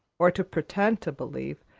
or to pretend to believe,